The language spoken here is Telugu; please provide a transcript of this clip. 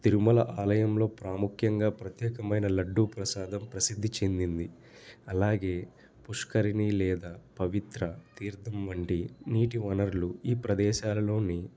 తిరుమల ఆలయంలో ప్రాముఖ్యంగా ప్రత్యేకమైన లడ్డూ ప్రసాదం ప్రసిద్ధి చెందింది అలాగే పుష్కరిణి లేదా పవిత్ర తీర్థం వంటి నీటి వనరులు ఈ ప్రదేశాలలోని